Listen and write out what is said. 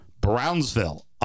brownsville